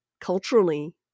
culturally